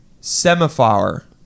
Semaphore